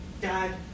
Dad